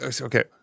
Okay